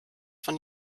von